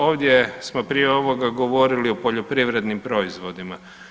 Ovdje smo prije ovoga govorili o poljoprivrednim proizvodima.